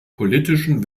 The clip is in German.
politischen